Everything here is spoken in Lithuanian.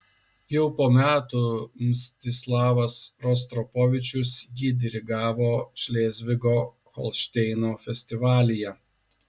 jau po metų mstislavas rostropovičius jį dirigavo šlėzvigo holšteino festivalyje